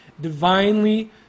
divinely